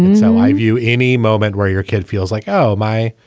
and so i view any moment where your kid feels like, oh, my,